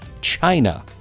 China